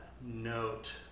note